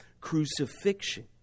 crucifixion